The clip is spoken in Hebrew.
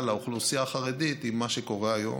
לאוכלוסייה החרדית עם מה שקורה היום,